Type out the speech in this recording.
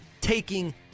taking